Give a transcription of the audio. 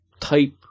type